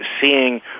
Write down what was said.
seeing